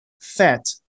fat